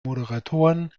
moderaten